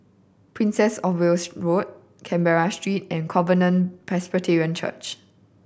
Princess Of Wales Road Canberra Street and Covenant Presbyterian Church